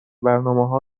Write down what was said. برنامهها